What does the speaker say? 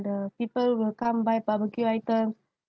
the people will come buy barbeque item